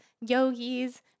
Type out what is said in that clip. yogis